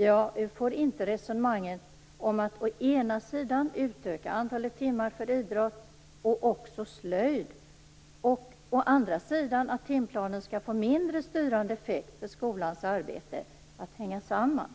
Jag får inte resonemanget om å ena sidan en utökning av antalet timmar för idrott och slöjd, å andra sidan en mindre styrande effekt för timplanen på skolans arbete att hänga samman.